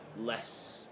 less